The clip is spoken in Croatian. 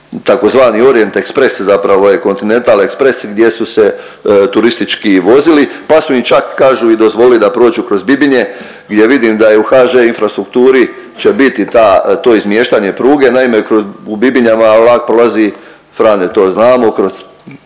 tzv. Orient express je zapravo Continental express gdje su se turistički vozili, pa su im čak kažu i dozvolili da prođu kroz Bibinje gdje vidim da je u HŽ Infrastrukturi će biti to izmještanje pruge. Naime, u Bibinjama vlak prolazi Frane to znamo